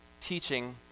teaching